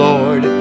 Lord